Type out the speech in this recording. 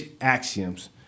axioms